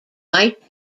might